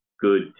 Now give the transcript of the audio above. good